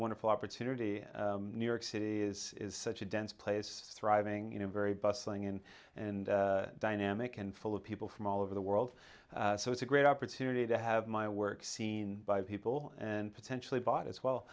wonderful opportunity new york city is is such a dense place thriving you know very bustling in and dynamic and full of people from all over the world so it's a great opportunity to have my work seen by people and potentially bought as well